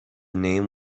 name